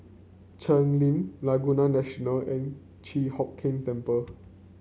Cheng Lim Laguna National and Chi Hock Keng Temple